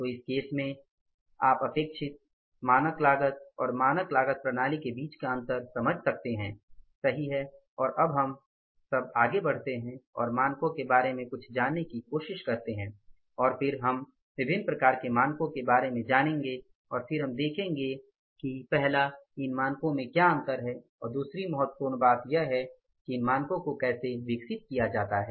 तो इस केस में आप अपेक्षित मानक लागत और मानक लागत प्रणाली के बीच का अंतर समझ सकते हैं सही है और अब हम आगे बढ़ते हैं और मानकों के बारे में कुछ जानने की कोशिश करते हैं और फिर हम विभिन्न प्रकार के मानकों के बारे में जानेगे और फिर हम देखेंगे कि पहला इन मानकों में क्या अंतर है और दूसरी महत्वपूर्ण बात यह कि इन मानकों को कैसे विकसित किया जाता है